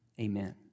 Amen